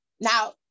now